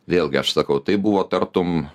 vėlgi aš sakau tai buvo tartum